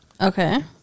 Okay